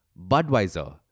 Budweiser